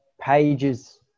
pages